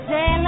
Say